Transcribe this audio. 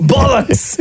Bollocks